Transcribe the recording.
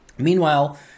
Meanwhile